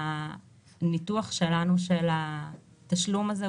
הניתוח שלנו של התשלום הזה,